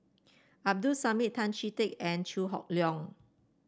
Abdul Samad Tan Chee Teck and Chew Hock Leong